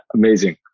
amazing